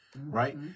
right